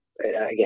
again